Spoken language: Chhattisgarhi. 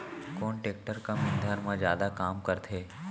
कोन टेकटर कम ईंधन मा जादा काम करथे?